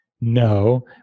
no